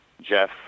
Jeff